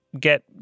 get